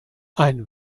ein